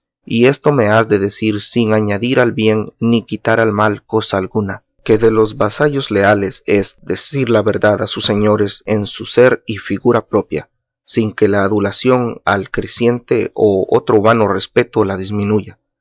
y esto me has de decir sin añadir al bien ni quitar al mal cosa alguna que de los vasallos leales es decir la verdad a sus señores en su ser y figura propia sin que la adulación la acreciente o otro vano respeto la disminuya